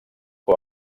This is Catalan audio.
que